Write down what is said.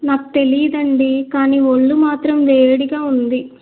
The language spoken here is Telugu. నాకు తెలియదు అండి కానీ ఒళ్ళు మాత్రం వేడిగా ఉంది